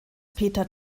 peter